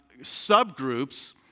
subgroups